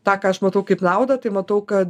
tą ką aš matau kaip naudą tai matau kad